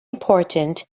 important